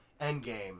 Endgame